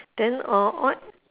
then err what